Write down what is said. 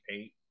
Eight